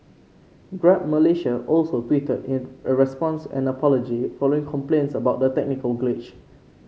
Grab Malaysia also tweeted a response and apology following complaints about the technical glitch